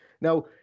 Now